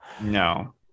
No